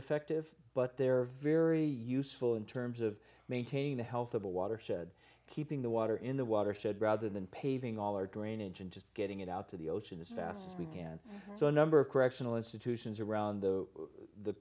effective but they're very useful in terms of maintaining the health of the watershed keeping the water in the watershed rather than paving all or drainage and just getting it out to the ocean as fast we can so a number of correctional institutions around the